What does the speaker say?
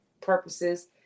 purposes